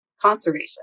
conservation